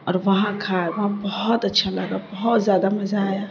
اور وہاں کھائے وہاں بہت اچھا لگا بہت زیادہ مزہ آیا